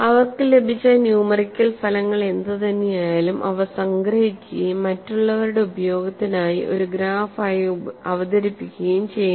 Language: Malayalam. അവർക്ക് ലഭിച്ച ന്യൂമെറിക്കൽ ഫലങ്ങൾ എന്തുതന്നെയായാലും അവ സംഗ്രഹിക്കുകയും മറ്റുള്ളവരുടെ ഉപയോഗത്തിനായി ഒരു ഗ്രാഫായി അവതരിപ്പിക്കുകയും ചെയ്യുന്നു